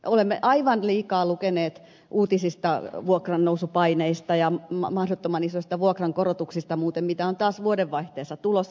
olemme aivan liikaa lukeneet uutisista vuokrannousupaineista ja mahdottoman isoista vuokrankorotuksista mitä muuten on taas vuodenvaihteessa tulossa